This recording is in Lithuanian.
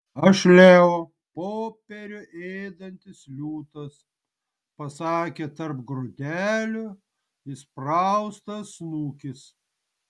aš leo popierių ėdantis liūtas pasakė tarp grotelių įspraustas snukis